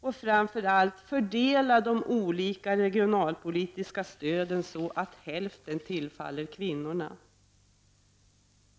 Och framför allt: Fördela de olika regionalpolitiska stöden så att hälften tillfaller kvinnorna.